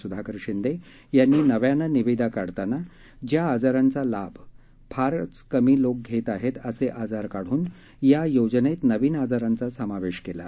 सुधाकर शिंदख्रांनी नव्यानं निविदा काढताना ज्या आजारांचा लाभ फारच कमी लोक घत्तित असक्रिजार काढून या योजनत्तनवीन आजारांचा समावत्तिकल्ति